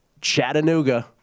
Chattanooga